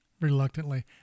reluctantly